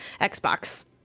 Xbox